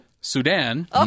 Sudan